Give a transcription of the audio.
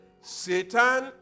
Satan